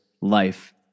life